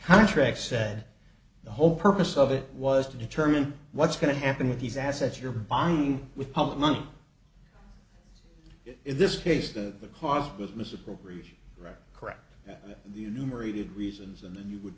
contract said the whole purpose of it was to determine what's going to happen with these assets you're buying with public money in this case that the cost was misappropriation right correct the numerated reasons and then you would